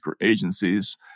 agencies